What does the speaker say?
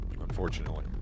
unfortunately